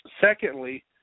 secondly